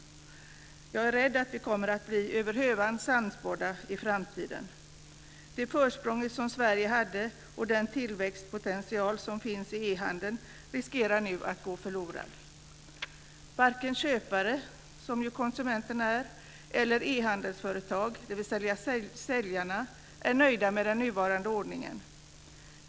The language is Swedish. Jag är rädd att vi kommer att bli över hövan sannspådda i framtiden. Det försprång som Sverige hade och den tillväxtpotential som finns i e-handeln riskar nu att gå förlorade. Varken köpare, som ju konsumenterna är, eller ehandelsföretag, dvs. säljarna, är nöjda med den nuvarande ordningen.